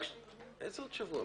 איזה עוד שבוע?